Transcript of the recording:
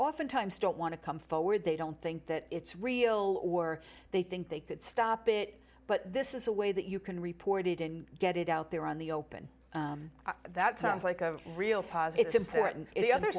oftentimes don't want to come forward they don't think that it's real or they think they could stop it but this is a way that you can report it in get it out there on the open that sounds like a real